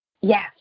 Yes